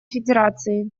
федерации